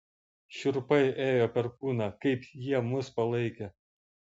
šiurpai ėjo per kūną kaip jie mus palaikė